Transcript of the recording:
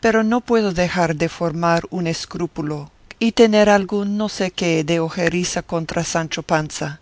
pero no puedo dejar de formar un escrúpulo y tener algún no sé qué de ojeriza contra sancho panza